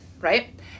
right